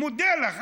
מודה לך.